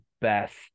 best